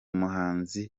muhanzi